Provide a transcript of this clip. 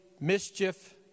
mischief